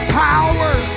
power